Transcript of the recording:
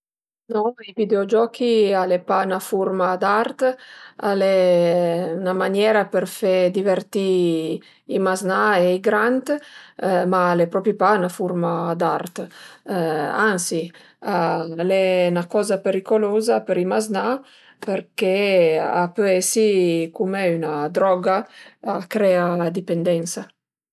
No i videogiochi al e pa 'na furma d'art, al e 'na maniera për fe divertì i maznà e i grant, ma al e propi pa 'na furma d'art, ansi al e 'na coza periculuza për i maznà përché a pö esi cume üna droga, a crea dipendensa